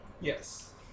Yes